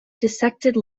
dissected